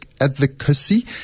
advocacy